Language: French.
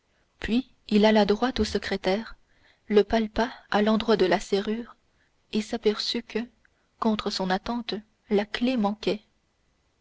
puis il alla droit au secrétaire le palpa à l'endroit de la serrure et s'aperçut que contre son attente la clef manquait